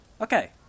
Okay